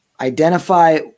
identify